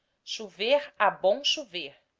chover a bom chover,